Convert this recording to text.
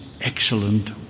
excellent